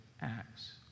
acts